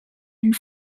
and